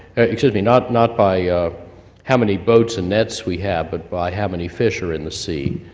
excuse me, not not by how many boats and nets we have, but by how many fish are in the sea.